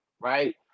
right